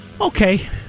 Okay